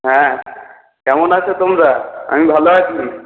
হ্যাঁ কেমন আছো তোমরা আমি ভালো আছি